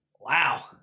Wow